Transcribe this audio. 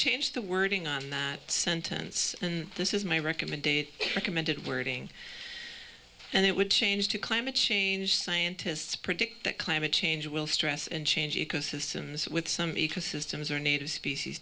change the wording on that sentence and this is my recommendation recommended wording and it would change to climate change scientists predict that climate change will stress and change ecosystems with some ecosystems or native species